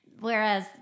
Whereas